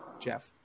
jeff